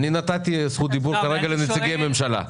אני נתתי זכות דיבור כרגע לנציגי הממשלה.